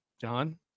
John